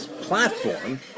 platform